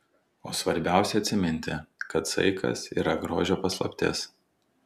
o svarbiausia atsiminti kad saikas yra grožio paslaptis